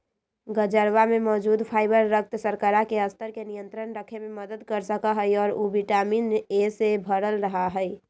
गजरवा में मौजूद फाइबर रक्त शर्करा के स्तर के नियंत्रण रखे में मदद कर सका हई और उ विटामिन ए से भरल रहा हई